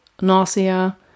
nausea